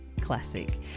classic